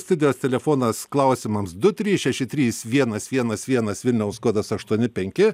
studijos telefonas klausimams du trys šeši trys vienas vienas vienas vilniaus kodas aštuoni penki